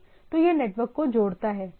तो यह नेटवर्क को जोड़ता है राइट